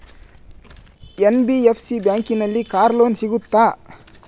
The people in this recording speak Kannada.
ಎನ್.ಬಿ.ಎಫ್.ಸಿ ಬ್ಯಾಂಕಿನಲ್ಲಿ ಕಾರ್ ಲೋನ್ ಸಿಗುತ್ತಾ?